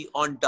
on